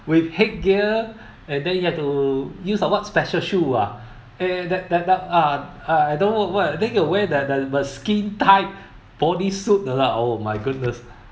with headgear and then you have to use a what special shoe ah that that that ah ah don't know what then you wear the the skin type body suit lah oh my goodness